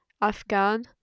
Afghan